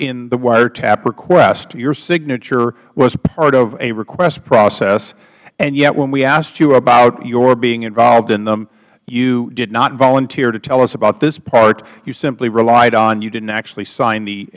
in the wiretap request your signature was part of a request process and yet when we asked you about your being involved in them you did not volunteer to tell us about this part you simply relied on you didn't actually sign the